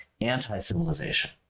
anti-civilization